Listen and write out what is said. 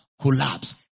collapse